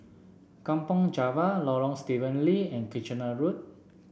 Kampong Java Lorong Stephen Lee and Kitchener Road